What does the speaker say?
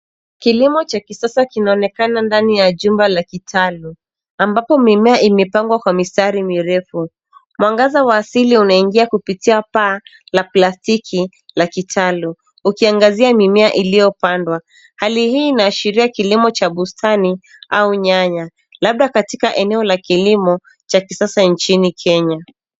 Kilimo cha kisasa kinaonekana ndani ya jumba la kitalu ambapo mimea imepangwa kwa mistari mirefu. Mwangaza wa asili unaingia kupitia paa la plastiki la kitalu, ukiangazia mimea iliyopandwa. Hali hii inaashiria kilimo cha bustani au nyanya, labda katika eneo la kilimo cha kisasa nchini Kenya.